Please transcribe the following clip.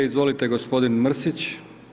Izvolite gospodin Mrsić.